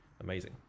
amazing